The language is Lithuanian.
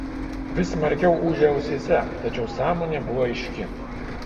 vis smarkiau ūžė ausyse tačiau sąmonė buvo aiški